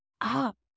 up